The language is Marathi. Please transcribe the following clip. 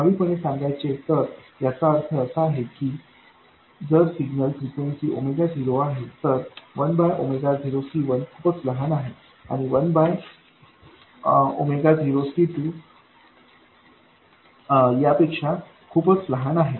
प्रभावीपणे सांगायचे तर याचा अर्थ असा आहे की जर सिग्नल फ्रिक्वेन्सी 0 आहे तर 10C1 खूपच लहान आहे आणि 10C2 एखाद्या पेक्षा खूपच लहान आहे